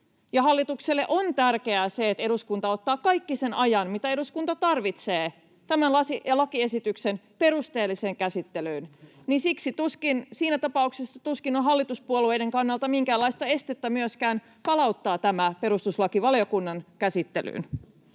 hallitukselle on tärkeää se, että eduskunta ottaa kaiken sen ajan, minkä eduskunta tarvitsee tämän lakiesityksen perusteelliseen käsittelyyn, niin siinä tapauksessa tuskin on hallituspuolueiden kannalta minkäänlaista estettä myöskään palauttaa tämä perustuslakivaliokunnan käsittelyyn.